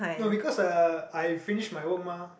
no because uh I finish my work mah